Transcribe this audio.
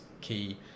key